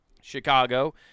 Chicago